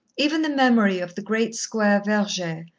even the memory of the great square verger,